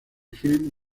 film